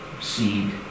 Seed